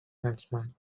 huntsman